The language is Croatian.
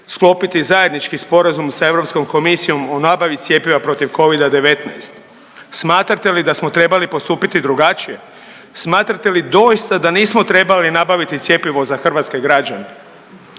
sklopiti zajednički sporazum sa EK-om o nabavi cjepiva protiv Covida-19. Smatrate li da smo trebali postupiti drugačije? Smatrate li doista da nismo trebali nabaviti cjepivo za hrvatske građane?